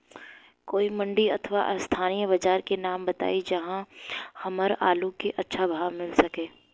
कोई मंडी अथवा स्थानीय बाजार के नाम बताई जहां हमर आलू के अच्छा भाव मिल सके?